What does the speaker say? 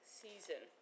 season